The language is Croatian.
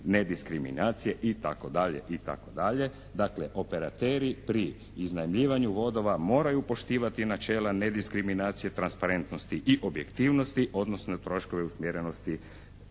nediskriminacije itd. Dakle, operateri pri iznajmljivanju vodova moraju poštivati načela nediskriminacije transparentnosti i objektivnosti odnosno i troškove usmjerenosti